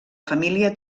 família